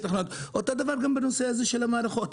אותו דבר גם בנושא הזה של המערכות,